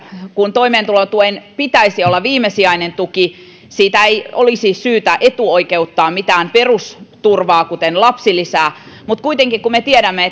kun toimeentulotuen pitäisi olla viimesijainen tuki siitä ei olisi syytä etuoikeuttaa mitään pe rusturvaa kuten lapsilisää mutta kun me kuitenkin tiedämme